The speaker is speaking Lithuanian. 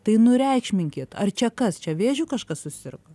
tai nureikšminkit ar čia kas čia vėžiu kažkas susirgo